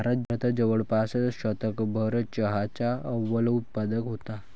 भारत जवळपास शतकभर चहाचा अव्वल उत्पादक होता